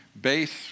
base